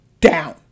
down